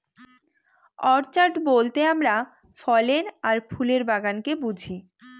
orchard বলতে আমরা ফলের আর ফুলের বাগানকে বুঝি